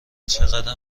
چقدر